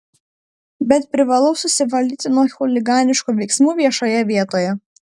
bet privalau susivaldyti nuo chuliganiškų veiksmų viešoje vietoje